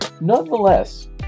Nonetheless